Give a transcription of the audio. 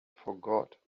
forgot